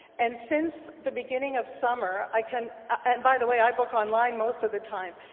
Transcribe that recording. and since the beginning of summer, i can and by the way i book online most of the time,